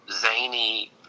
zany